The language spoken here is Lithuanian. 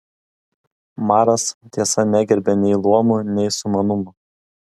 maras tiesa negerbė nei luomų nei sumanumo